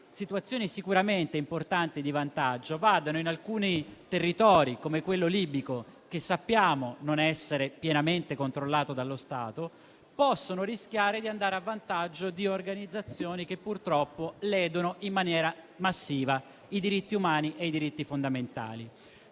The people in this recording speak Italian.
situazioni sicuramente importanti e di vantaggio, in alcuni territori come quello libico che sappiamo non essere pienamente controllato dallo Stato, possano rischiare di andare a vantaggio di organizzazioni che purtroppo ledono in maniera massiva i diritti umani e i diritti fondamentali.